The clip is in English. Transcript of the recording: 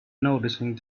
noticing